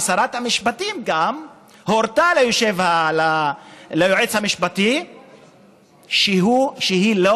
ושרת המשפטים גם הורתה ליועץ המשפטי שהיא לא